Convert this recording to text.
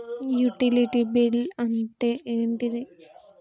Utility bill అంటే ఏంటిది?